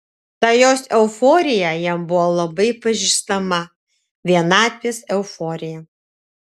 ta jos euforija jam buvo labai pažįstama vienatvės euforija